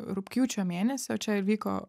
rugpjūčio mėnesį o čia vyko